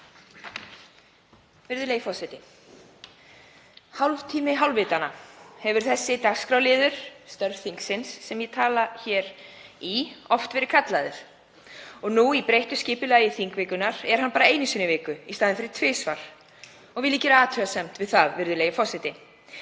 Hálftími hálfvitanna hefur þessi dagskrárliður, störf þingsins, sem ég tala hér í, oft verið kallaður. Og nú, í breyttu skipulagi þingvikunnar, er hann bara einu sinni í viku í staðinn fyrir tvisvar og vil ég gera athugasemd við það. Nýja skipulagið